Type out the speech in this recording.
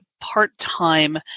part-time